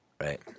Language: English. Right